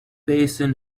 basin